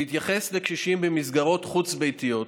בהתייחס לקשישים במסגרות חוץ-ביתיות,